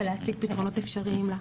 ולהציג פתרונות אפשריים לה.